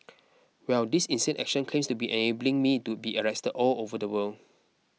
well this insane action claims to be enabling me to be arrested all over the world